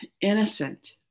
innocent